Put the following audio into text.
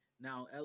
Now